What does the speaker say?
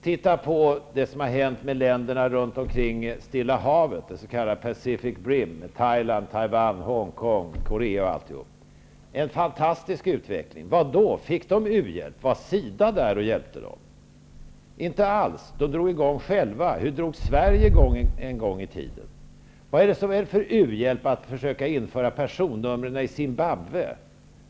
Titta på vad som har hänt länderna runt Taiwan, Hong Kong och Korea. Där har varit en fantastisk utveckling. Men fick de länderna uhjälp? Var SIDA där och hjälpte dem? Inte alls! De drog själva i gång. Hur drog Sverige i gång en gång i tiden? Vad är det fråga om för u-hjälp när man försöker införa personnummer i Zimbabwe?